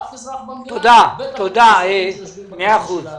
אף אזרח במדינה ובטח לא לאזרחים האלה.